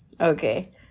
Okay